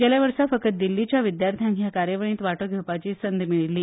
गेल्ल्या वर्सा फकत दिल्लीच्या विद्यार्थ्यांक ह्या कार्यावळीत वाटो घेवपाची संद मेळिल्ली